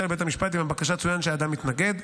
לבית המשפט אם בבקשה צוין כי האדם מתנגד,